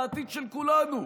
לעתיד של כולנו.